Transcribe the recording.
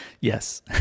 Yes